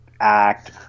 Act